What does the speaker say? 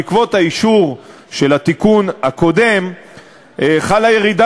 בעקבות האישור של התיקון הקודם חלה ירידה